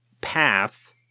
path